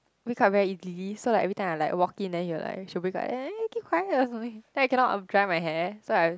wake up very easily so like everytime I like walk in then she will like she will wake up eh you keep quiet or something then I cannot dry my hair so I